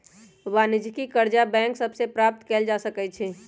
वाणिज्यिक करजा बैंक सभ से प्राप्त कएल जा सकै छइ